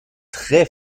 très